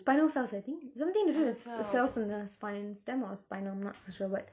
spinal cells I think something to do with cells in the spine stem or spinal I'm not so sure but